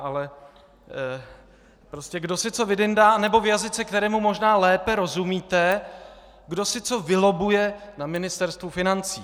Ale prostě kdo si co vydyndá, anebo v jazyce, kterému možná lépe rozumíte kdo si co vylobbuje na Ministerstvu financí.